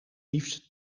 liefst